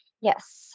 yes